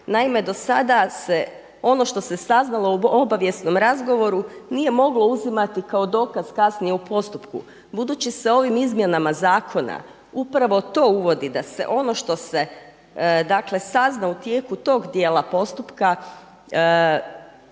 Naime, do sada se ono što se saznalo u obavijesnom razgovoru nije moglo uzimati kao dokaz kasnije u postupku, budući se ovim izmjenama zakona upravo to uvodi da se ono što se sazna u tijeku tog dijela postupka